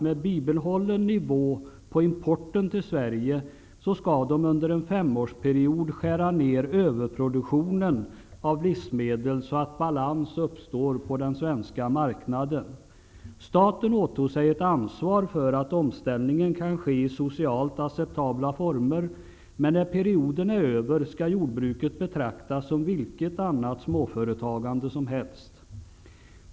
Med bibehållen nivå på importen till Sverige skall de under en femårsperiod skära ned överproduktionen av livsmedel, så att balans uppstår på den svenska marknaden. Staten åtog sig ett ansvar för att omställningen kan ske i ''socialt acceptabla former''. Men när perioden är över skall jordbruket betraktas som vilket annat småföretagande som helst.